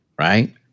right